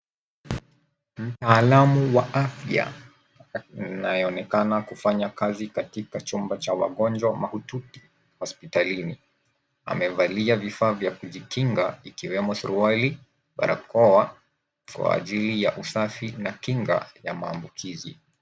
Mtaalamu wa afya anayeonekana kufanya kazi katika chumba cha wagonjwa mahututi hospitalini amevalia vifaa vya kujikinga ikiwemo suruali, barakoa kwa ajili ya usafi na kinga ya maambukizi.